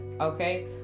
Okay